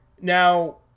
Now